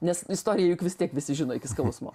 nes istorijų juk vis tiek visi žino iki skausmo